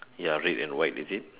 ya red and white is it